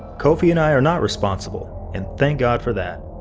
kofie and i are not responsible, and thank god for that.